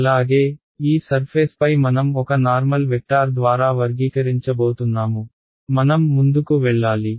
అలాగే ఈ సర్ఫేస్పై మనం ఒక నార్మల్ వెక్టార్ ద్వారా వర్గీకరించబోతున్నాము మనం ముందుకు వెళ్లాలి